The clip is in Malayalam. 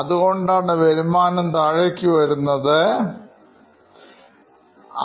അതുകൊണ്ടാണ് വരുമാനം താഴെ വന്നത്